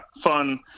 fun